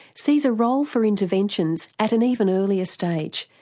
sees a role for interventions at an even earlier stage,